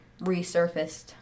resurfaced